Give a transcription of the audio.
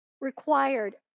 required